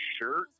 shirt